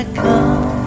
come